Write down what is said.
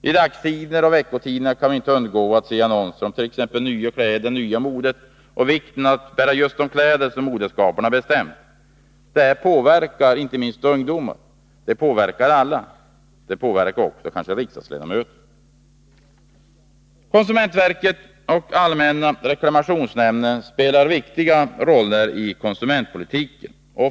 Vi kan inte undgå att i dagstidningar och veckotidningar se annonser om nya kläder, det nya modet — hur viktigt det är att bära just de kläder som modeskaparna bestämt. Det här påverkar oss alla, inte minst ungdomar, och det påverkar även riksdagsledamöter. Konsumentverket och allmänna reklamationsnämnden spelar viktiga roller i konsumentpolitiken.